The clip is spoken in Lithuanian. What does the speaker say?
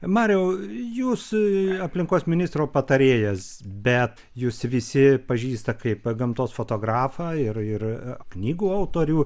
mariau jūs aplinkos ministro patarėjas bet jus visi pažįsta kaip gamtos fotografą ir ir knygų autorių